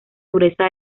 dureza